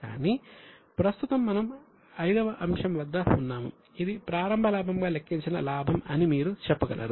కానీ ప్రస్తుతం మనము V వ అంశం వద్ద ఉన్నాము ఇది ప్రారంభ లాభంగా లెక్కించిన లాభం అని మీరు చెప్పగలరు